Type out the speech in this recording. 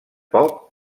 poc